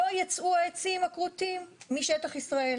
לא ייצאו העצים הכרותים משטח ישראל.